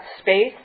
space